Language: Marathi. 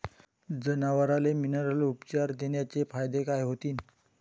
जनावराले मिनरल उपचार देण्याचे फायदे काय होतीन?